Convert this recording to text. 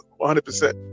100%